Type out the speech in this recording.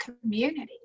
community